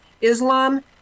Islam